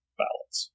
ballots